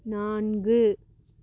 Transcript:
நான்கு